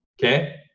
okay